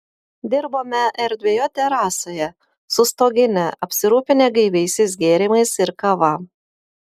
dirbome erdvioje terasoje su stogine apsirūpinę gaiviaisiais gėrimais ir kava